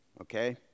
okay